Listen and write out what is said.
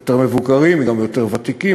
יותר מבוגרים וגם יותר ותיקים,